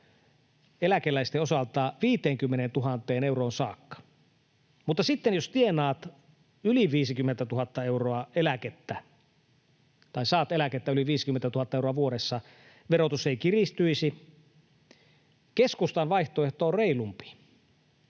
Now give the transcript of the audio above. eläkeläisten osalta 50 000 euroon saakka, mutta sitten jos tienaat yli 50 000 euroa eläkettä tai saat eläkettä yli 50 000 euroa vuodessa, verotus ei kiristyisi. Keskustan vaihtoehto on reilumpi.